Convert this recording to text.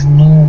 no